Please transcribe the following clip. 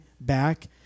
back